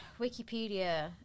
Wikipedia